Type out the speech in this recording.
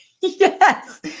Yes